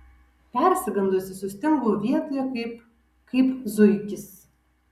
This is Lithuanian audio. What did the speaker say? persigandusi sustingau vietoje kaip kaip zuikis